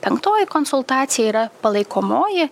penktoji konsultacija yra palaikomoji